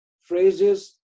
phrases